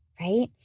right